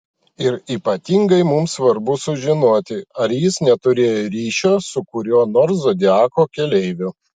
ir ypatingai mums svarbu sužinoti ar jis neturėjo ryšio su kuriuo nors zodiako keleiviu